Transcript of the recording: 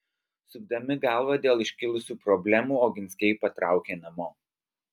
sukdami galvą dėl iškilusių problemų oginskiai patraukė namo